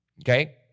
okay